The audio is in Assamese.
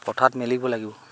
পথাৰত মেলিব লাগিব